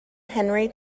henry